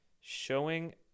Showing